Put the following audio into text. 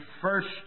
first